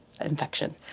infection